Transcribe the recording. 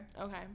Okay